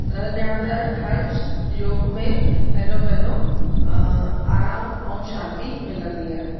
न ॼाण त हर्ष योग में पंहिंजो पंहिंजो आरामु ऐं शांति मिलंदी आहे